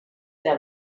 era